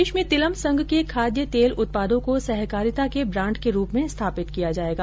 प्रदेश में तिलम संघ के खाद्य तेल उत्पादों को सहकारिता के ब्राण्ड के रूप में स्थापित किया जायेगा